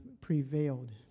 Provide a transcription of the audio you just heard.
prevailed